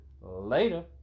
later